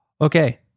Okay